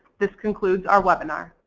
this concludes our webinar.